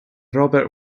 robert